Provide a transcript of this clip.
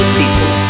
people